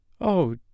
Oh